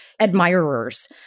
admirers